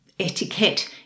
etiquette